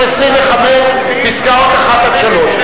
25 פסקאות (1) עד (3).